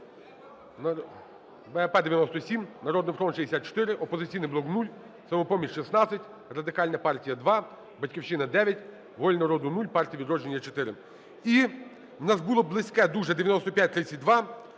І у нас було близьке дуже 9532: